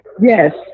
yes